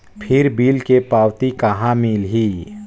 फिर बिल के पावती कहा मिलही?